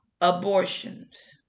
Abortions